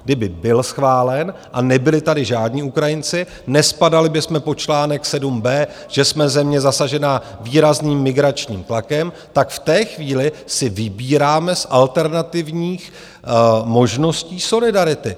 Kdyby byl schválen a nebyli tady žádní Ukrajinci, nespadali bychom pod článek 7b, že jsme země zasažená výrazným migračním tlakem, tak v té chvíli si vybíráme z alternativních možností solidarity.